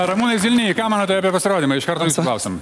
ramunai zilny ką manote apie pasirodymą iš karto jūsų klausiam